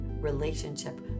relationship